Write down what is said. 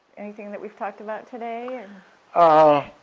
anything that we've talked about today? and ah